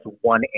one